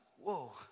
Whoa